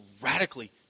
radically